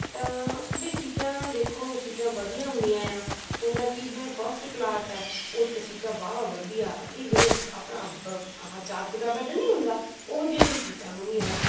ਤਾਂ ਬੀ ਸੀਟਾਂ ਦੇਖੋ ਸੀਟਾਂ ਵਧੀਆ ਹੁੰਦੀਆਂ ਆ ਹੁੰਦਾ ਕੀ ਜਿਵੇਂ ਫਸਟ ਕਲਾਸ ਹੈ ਓਹਦੇ ਤਾਂ ਸੀਟਾਂ ਵਾਵਾ ਵਧੀਆ ਬਈ ਜਿਵੇਂ ਆਪਣਾ ਬ ਆਹਾ ਚਾਰ ਫੁੱਟਾ ਬੈਡ ਨਹੀਂ ਹੁੰਦਾ ਓਹੋ ਜਿਹੀ ਉਹਦੀਆਂ ਸੀਟਾਂ ਹੁੰਦੀਆਂ ਆ